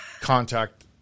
contact